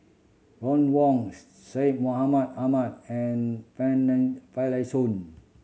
Ron Wong Syed Mohamed Ahmed and Finlayson